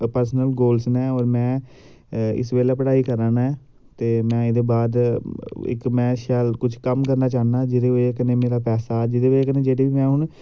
personal goals न और में इस बेल्लै पढ़ाई करा ना ऐं ते मैं एह्दै बाद इक मैं शैल कुछ कम्म करना चाह्न्नां जेह्दी बज़ह कन्नै मेरा पैसा जेह्दी बज़ह कन्नै जेह्ड़ी बी हून